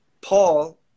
Paul